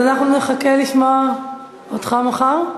אז אנחנו נחכה לשמוע אותך מחר?